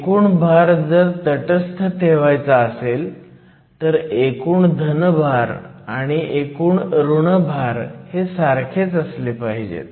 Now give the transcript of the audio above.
एकूण भार जर तटस्थ ठेवायचा असेल तर एकूण धन भार आणि एकूण ऋण भार हे सारखेच असले पाहिजेत